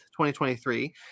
2023